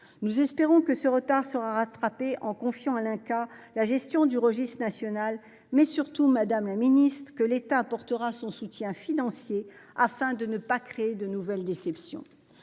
Nous espérons que ce retard sera rattrapé, en confiant à l'INCa la gestion du registre national ; nous espérons surtout, madame la ministre, que l'État apportera son soutien financier à ce dispositif afin de ne pas créer de nouvelles déceptions.